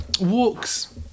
walks